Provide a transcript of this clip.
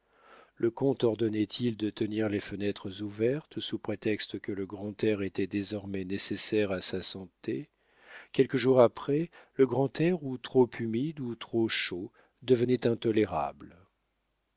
le comte ordonnait il de tenir les fenêtres ouvertes sous prétexte que le grand air était désormais nécessaire à sa santé quelques jours après le grand air ou trop humide ou trop chaud devenait intolérable